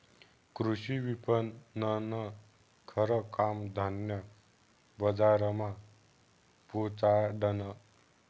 कृषी विपणननं खरं काम धान्य बजारमा पोचाडनं